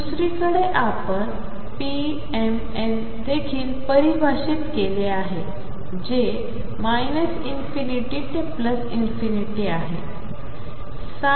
दुसरीकडे आपण pmn देखील परिभाषित केले जे ∞ ते ∞